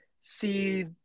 see